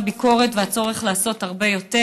הביקורת והצורך לעשות הרבה יותר.